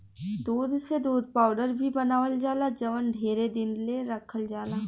दूध से दूध पाउडर भी बनावल जाला जवन ढेरे दिन ले रखल जाला